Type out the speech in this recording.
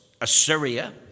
Assyria